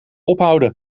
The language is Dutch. ophouden